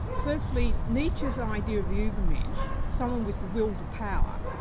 firstly, nietzsche's idea of the ubermensch, someone with the will to power,